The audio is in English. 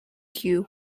cue